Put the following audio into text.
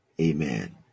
Amen